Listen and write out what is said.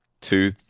two